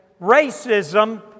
Racism